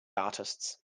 artists